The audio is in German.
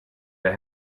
der